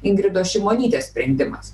ingridos šimonytės sprendimas